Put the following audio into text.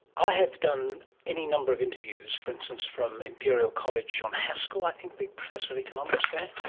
i have done any number of interviews, for instance from imperial college john haskel, i think the professor of economics there,